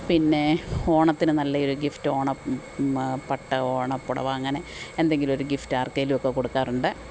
പിന്നെ ഓണത്തിന് നല്ലെയൊരു ഗിഫ്റ്റ് ഓണ മ പട്ട് ഓണപ്പുടവ അങ്ങനെ എന്തെങ്കിലൊരു ഗിഫ്റ്റ് ആര്ക്കേലുമൊക്കെ കൊടുക്കാറുണ്ട്